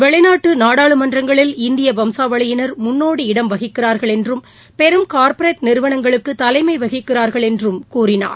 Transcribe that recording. வெளிநாட்டு நாடாளுமன்றங்களில் இந்திய வம்சாவளியினர் முன்னோடி இடம் வகிக்கிறார்கள் என்றும் பெரும் கார்ப்பரேட் நிறுவனங்களுக்கு தலைமை வகிக்கிறார்கள் என்றும் கூறினார்